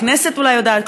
הכנסת אולי יודעת.